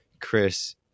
Chris